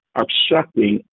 obstructing